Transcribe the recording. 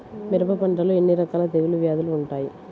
మిరప పంటలో ఎన్ని రకాల తెగులు వ్యాధులు వుంటాయి?